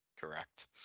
Correct